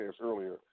earlier